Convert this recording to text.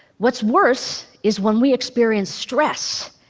what's worse is when we experience stress.